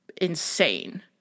insane